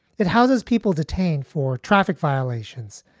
it houses people detained for traffic violations,